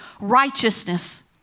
Righteousness